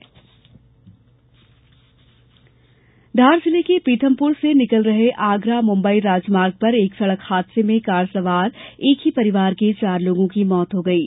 हादसा धार जिले के पीथमपुर से निकल रहे आगरा मुंबई राजमार्ग पर एक सड़क हादसे में कार सवार एक ही परिवार के चार लोगों की मौत हो गयी